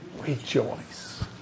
rejoice